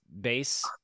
base